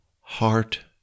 Heart